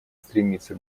стремиться